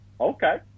okay